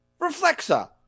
Reflexa